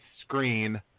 screen